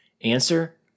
Answer